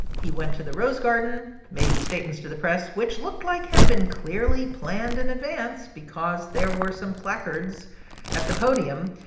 he went to the rose garden, made statements to the press which look like had been clearly planned in advance because there were some placards at the podium.